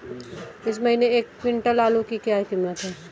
इस महीने एक क्विंटल आलू की क्या कीमत है?